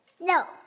No